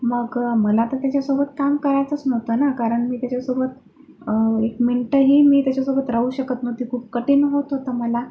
मग मला तर त्याच्यासोबत काम करायचंच नव्हतं ना कारण मी त्याच्यासोबत एक मिनटंही मी त्याच्यासोबत राहू शकत नव्हते खूप कठीण होत होतं मला